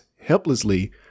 helplessly